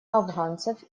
афганцев